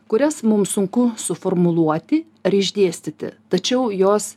kurias mums sunku suformuluoti ar išdėstyti tačiau jos